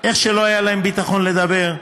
איך שלא היה להם ביטחון לדבר,